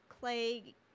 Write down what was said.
clay